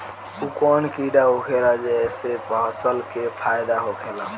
उ कौन कीड़ा होखेला जेसे फसल के फ़ायदा होखे ला?